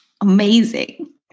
Amazing